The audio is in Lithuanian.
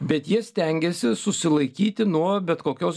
bet jie stengėsi susilaikyti nuo bet kokios